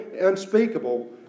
unspeakable